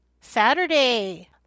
Saturday